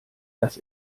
das